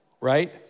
right